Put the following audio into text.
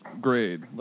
grade